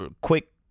quick